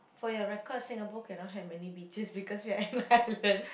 for your record Singapore cannot have many beaches because we are an island